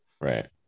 Right